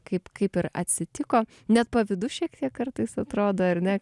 kaip kaip ir atsitiko net pavydu šiek tiek kartais atrodo ar ne